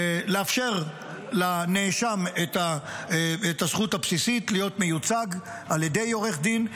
לאפשר לנאשם את הזכות הבסיסית להיות מיוצג על ידי עורך דין,